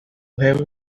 him